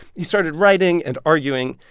he started writing and arguing.